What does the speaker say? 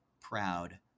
proud